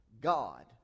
God